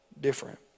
different